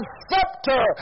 scepter